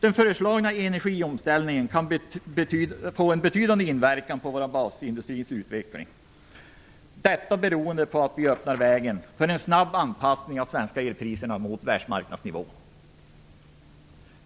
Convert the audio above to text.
Den föreslagna enerigiomställningen kan få en betydande inverkan på våra basindustriers utveckling beroende på att vi öppnar vägen för en snabb anpassning av svenska elpriser mot världsmarknadsnivå.